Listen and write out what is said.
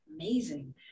amazing